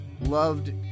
loved